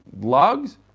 logs